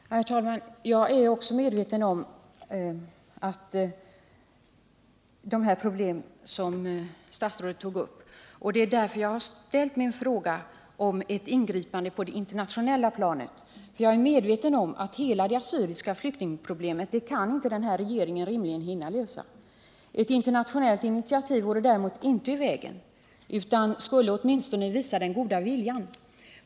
Herr talman! Jag är också medveten om de problem som statsrådet tog upp. Det är därför jag ställt min fråga om ett ingripande på det internationella planet. Jag är medveten om att den här regeringen rimligen inte kan hinna lösa hela det assyriska flyktingproblemet. Ett internationellt initiativ vore däremot inte ur vägen utan skulle åtminstone visa den goda viljan.